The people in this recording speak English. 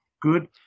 good